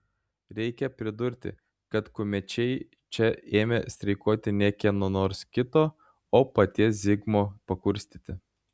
reikia pridurti kad kumečiai čia ėmė streikuoti ne kieno nors kito o paties zigmo pakurstyti